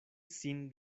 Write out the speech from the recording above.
sin